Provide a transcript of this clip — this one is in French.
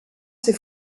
ses